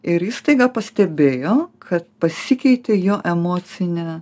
ir jis staiga pastebėjo kad pasikeitė jo emocinė